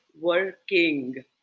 working